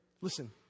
Listen